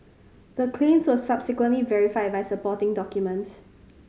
the claims were subsequently verified by supporting documents